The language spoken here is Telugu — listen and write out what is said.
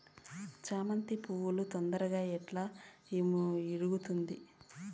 చామంతి పువ్వు తొందరగా ఎట్లా ఇడుగుతుంది?